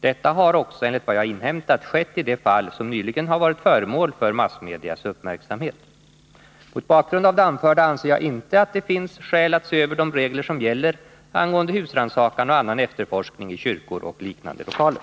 Detta har också enligt vad jag har inhämtat skett i det fall som nyligen har varit föremål för massmedias uppmärksamhet. Mot bakgrund av det anförda anser jag inte att det finns skäl att se över de regler som gäller angående husrannsakan och annan efterforskning i kyrkor och liknande lokaler.